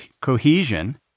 cohesion